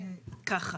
אני אתחיל